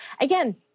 again